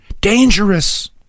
Dangerous